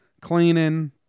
cleaning